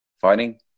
fighting